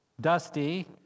Dusty